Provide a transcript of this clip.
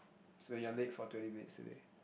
it's when you are late for twenty minutes is it